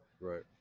Right